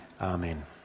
Amen